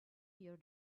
your